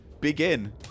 begin